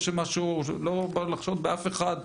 אני לא בא לחשוד באף אחד,